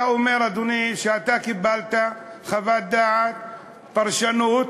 אתה אומר, אדוני, שקיבלת חוות דעת, פרשנות,